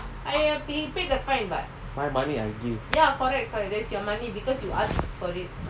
I have been paid the fine but what about me ya correct for your this your money because you ask for it